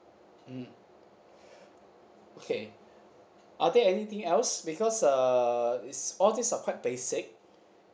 mm okay are there anything else because uh is all these are quite basic